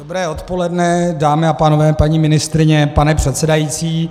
Dobré odpoledne, dámy a pánové, paní ministryně, pane předsedající.